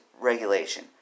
regulation